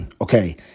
Okay